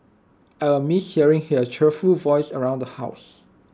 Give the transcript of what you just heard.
I will miss hearing her cheerful voice around the house